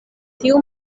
tiu